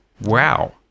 Wow